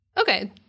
Okay